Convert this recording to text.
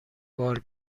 بار